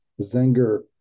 Zenger